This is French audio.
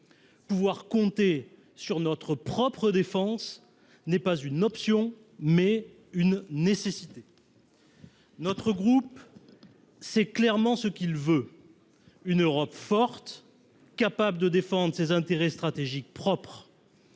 Pouvoir compter sur notre propre défense n’est pas une option, mais une nécessité. Notre groupe sait clairement ce qu’il veut : une Europe forte, capable de défendre ses intérêts stratégiques propres.